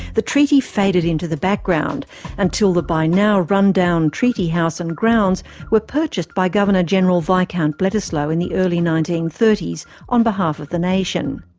the treaty faded into the background until the by now run-down treaty house and grounds were purchased by governor-general viscount bledisloe in the early nineteen thirty s on behalf of the nation.